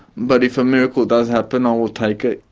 but if a miracle does happen i will take it.